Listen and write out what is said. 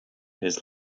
his